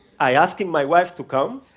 i ask my wife to come,